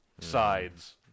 sides